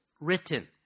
written